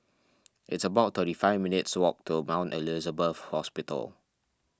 it's about thirty five minutes' walk to Mount Elizabeth Hospital